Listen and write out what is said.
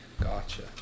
gotcha